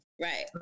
Right